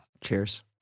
cheers